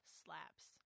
slaps